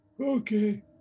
Okay